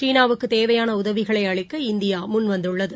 சீனாவுக்குதேவையானஉதவிகளைஅளிக்க இந்தியாமுன்வந்துள்ளது